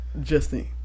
Justine